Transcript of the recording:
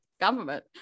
government